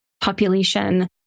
population